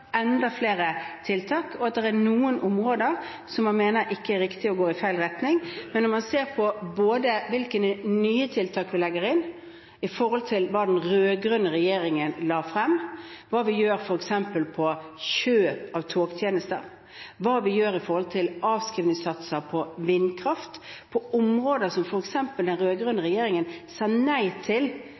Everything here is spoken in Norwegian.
enda flere tiltak, og at det er noen områder som man mener ikke er riktige og går i feil retning. Men når man ser på hvilke nye tiltak vi legger inn, i forhold til hva den rød-grønne regjeringen la frem, hva vi gjør på f.eks. kjøp av togtjenester, hva vi gjør med avskrivingssatser på vindkraft, på områder hvor f.eks. den rød-grønne regjeringen sa nei til